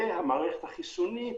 והמערכת החיסונית